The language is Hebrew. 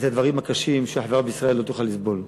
את הדברים הקשים שהחברה בישראל לא תוכל לסבול.